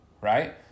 Right